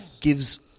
gives